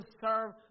serve